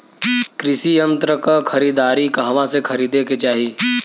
कृषि यंत्र क खरीदारी कहवा से खरीदे के चाही?